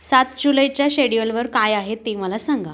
सात जुलैच्या शेड्युलवर काय आहे ते मला सांगा